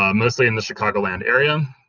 um mostly in the chicagoland area.